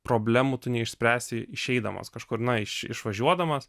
problemų tu neišspręsi išeidamas kažkur na iš išvažiuodamas